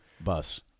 Bus